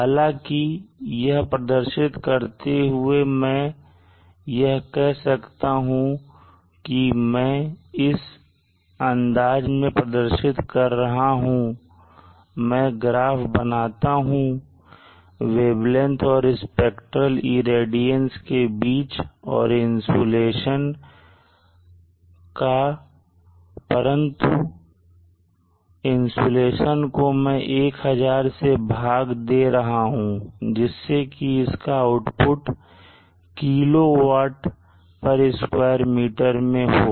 हालांकि यह प्रदर्शित करते हुए मैं यह कर सकता हूं कि मैं इस अंदाज़ में प्रदर्शित करूं जहां मैं ग्राफ बनाता हूं वेवलेंथ और स्पेक्ट्रली रेडियंस के बीच और इंसुलेशन का परंतु इंसुलेशन को मैं 1000 से भाग दे रहा हूं जिससे कि इसका output kilowatt square metre में हो